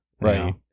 right